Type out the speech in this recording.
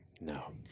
No